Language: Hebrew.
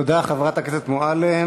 תודה רבה לחברת הכנסת מועלם.